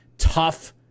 tough